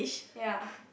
ya